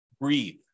Breathe